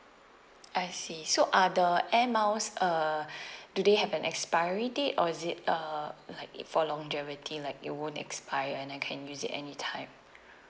I see so are the air miles uh do they have an expiry date or is it uh like it for longevity like it won't expire and I can use it any time